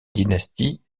dynastie